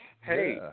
Hey